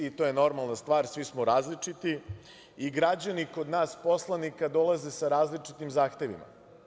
To je normalna stvar, svi smo različiti i građani kod nas poslanika dolaze sa različitim zahtevima.